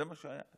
זה מה שהיה.